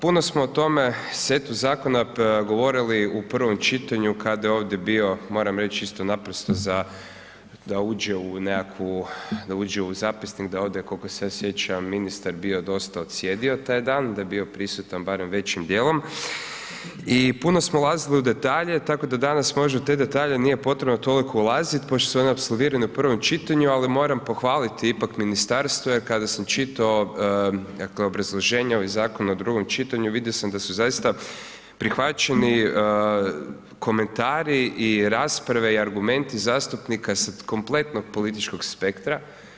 Puno smo o tome setu zakona govorili u prvom čitanju kada je ovdje bio, moram reći isto naprosto za, da uđe u nekakvu, da uđe u zapisnik, da ovdje koliko se ja sjećam, ministar bio dosta odsjedio taj dan, da je bio prisutan barem većim dijelom i puno smo ulazili u detalje, tako da danas možda u te detalje nije potrebno toliko ulazit pošto su oni apsolvirani u prvom čitanju, ali moram pohvaliti ipak ministarstvo jer kada sam čitao, dakle, obrazloženje ovih zakona u drugom čitanju, vidio sam da su zaista prihvaćeni komentari i rasprave i argumenti zastupnika sa kompletnog političkog spektra.